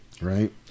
Right